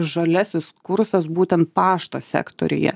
žaliasis kursas būtent pašto sektoriuje